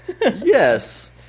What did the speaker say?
Yes